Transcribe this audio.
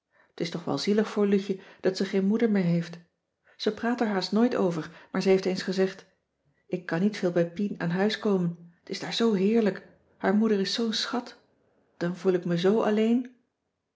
t is toch wel zielig voor loutje dat ze geen moeder meer heeft ze praat er haast nooit over maar ze heeft eens gezegd ik kan niet veel bij pien aan huis komen t is daar zoo heerlijk haar moeder is zoo'n schat dan voel ik me zoo alleen